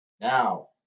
Now